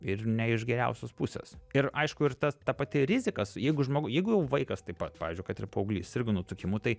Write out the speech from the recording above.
ir ne iš geriausios pusės ir aišku ir tas ta pati rizika su jeigu žmogu jeigu jau vaikas taip pat pavyzdžiui kad ir paauglys sirgo nutukimu tai